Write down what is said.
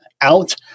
out